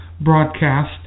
broadcast